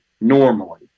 normally